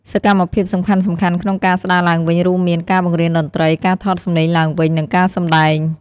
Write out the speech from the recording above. សកម្មភាពសំខាន់ៗក្នុងកាស្ដារឡើងវិញរួមមាន ការបង្រៀនតន្ត្រី ការថតសំឡេងឡើងវិញ និងការសម្តែង។